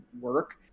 work